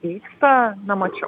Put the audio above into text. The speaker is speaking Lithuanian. vyksta nemačiau